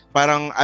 Parang